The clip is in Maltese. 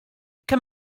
kemm